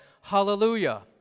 Hallelujah